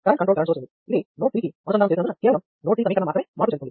ఇది నోడ్ 3 కి అనుసంధానం చేసినందున కేవలం నోడ్ 3 సమీకరణం మాత్రమే మార్పు చెందుతుంది